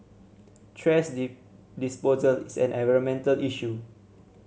thrash disposal is an environmental issue